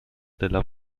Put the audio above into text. della